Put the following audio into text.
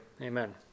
Amen